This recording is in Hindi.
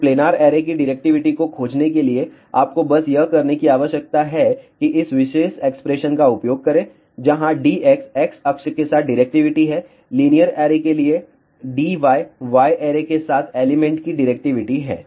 तो प्लेनार ऐरे की डिरेक्टिविटी को खोजने के लिए आपको बस यह करने की आवश्यकता है कि इस विशेष एक्सप्रेशन का उपयोग करें जहां Dx x अक्ष के साथ डिरेक्टिविटी है लीनियर ऐरे के लिए Dy y ऐरे के साथ एलिमेंट की डिरेक्टिविटी है